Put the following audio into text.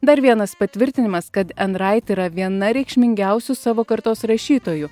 dar vienas patvirtinimas kad endrait yra viena reikšmingiausių savo kartos rašytojų